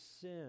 sin